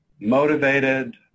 motivated